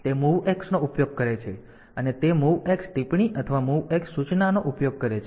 તેથી તે MOVX નો ઉપયોગ કરે છે અને તે MOVX ટિપ્પણી અથવા MOVX સૂચનાનો ઉપયોગ કરે છે